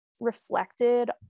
reflected